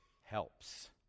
helps